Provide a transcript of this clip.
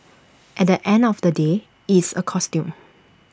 at the end of the day it's A costume